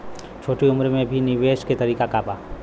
छोटी उम्र में भी निवेश के तरीका क बा?